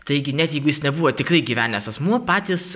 taigi net jeigu jis nebuvo tikrai gyvenęs asmuo patys